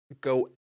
go